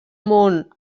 món